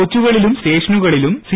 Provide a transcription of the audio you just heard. കോച്ചുകളിലും സ്റ്റേഷനുകളിലും സി